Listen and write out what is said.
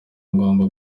ngomba